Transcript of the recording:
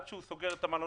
עד שהוא סוגר את המלון,